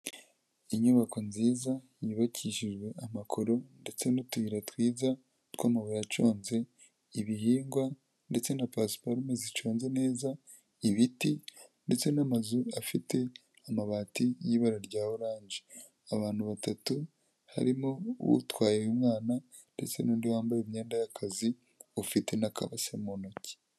Inyubako nziza yubakishijwe amakoro ndetse n'utuyira twiza tw'amabuye aconze, ibihingwa ndetse na pasiparume ziconze neza, ibiti ndetse n'amazu afite amabati y'ibara rya oranje. Abantu batatu harimo utwaye uyu mwana, ndetse n'undi wambaye imyenda y'akazi ufite n'akabase mu ntoki.